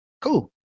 cool